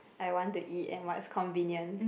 I want to eat and what's convenient